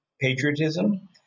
patriotism